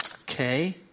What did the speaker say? Okay